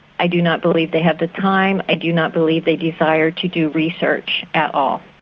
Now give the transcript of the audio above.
i do not believe they have the time, i do not believe they desire to do research at all.